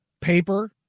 paper